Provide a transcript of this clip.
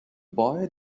boy